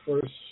first